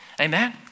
Amen